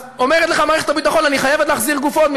אז אומרת לך מערכת הביטחון: אני חייבת להחזיר גופות,